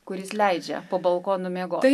kuris leidžia po balkonu miegoti